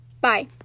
bye